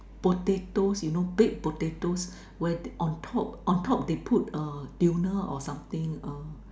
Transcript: potatoes you know baked potatoes where on top on top they put uh tuna or something uh